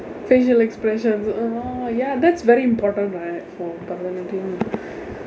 facial expressions oh no ya that's very important right for பரதநாட்டியம்:barathanaatiyaam